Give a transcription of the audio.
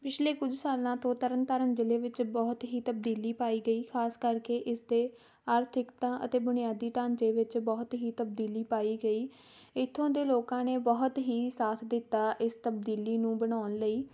ਪਿਛਲੇ ਕੁਝ ਸਾਲਾਂ ਤੋਂ ਤਰਨ ਤਾਰਨ ਜ਼ਿਲ੍ਹੇ ਵਿੱਚ ਬਹੁਤ ਹੀ ਤਬਦੀਲੀ ਪਾਈ ਗਈ ਖ਼ਾਸ ਕਰਕੇ ਇਸਦੇ ਆਰਥਿਕਤਾ ਅਤੇ ਬੁਨਿਆਦੀ ਢਾਂਚੇ ਵਿੱਚ ਬਹੁਤ ਹੀ ਤਬਦੀਲੀ ਪਾਈ ਗਈ ਇੱਥੋਂ ਦੇ ਲੋਕਾਂ ਨੇ ਬਹੁਤ ਹੀ ਸਾਥ ਦਿੱਤਾ ਇਸ ਤਬਦੀਲੀ ਨੂੰ ਬਣਾਉਣ ਲਈ